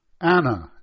Anna